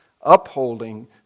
upholding